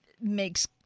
makes